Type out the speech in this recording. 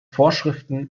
vorschriften